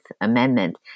Amendment